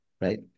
right